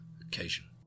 occasion